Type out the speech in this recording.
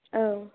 औ